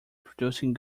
producing